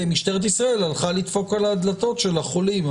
משטרת ישראל הלכה לדפוק על הדלתות של החולים.